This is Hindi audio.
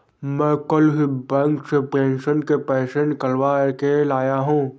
मैं कल ही बैंक से पेंशन के पैसे निकलवा के लाया हूँ